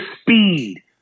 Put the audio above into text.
speed